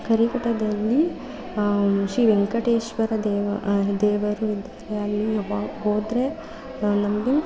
ಕರಿಘಟ್ಟದಲ್ಲಿ ಶ್ರೀ ವೆಂಕಟೇಶ್ವರ ದೇವಾ ದೇವರು ಅಲ್ಲಿ ವ ಹೋದರೆ ನಮಗೆ